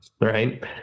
right